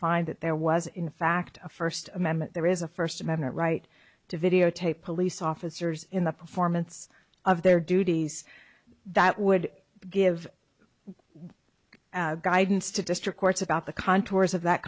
find that there was in fact a first amendment there is a first amendment right to videotape police officers in the performance of their duties that would give guidance to district courts about the contours of that